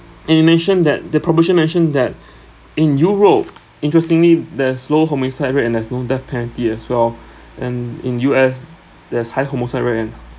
and you mentioned that the proposition mentioned that in europe interestingly there's slow homicide rate and there's no death penalty as well and in U_S there's high homicide rate and